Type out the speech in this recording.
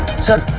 sir.